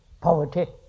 poverty